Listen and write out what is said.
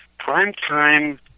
primetime